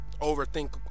overthink